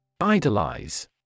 Idolize